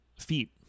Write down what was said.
feet